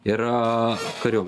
yra karių